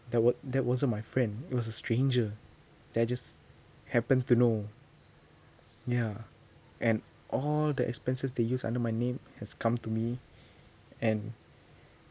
that wa~ that wasn't my friend it was a stranger that I just happen to know ya and all the expenses they use under my name has come to me and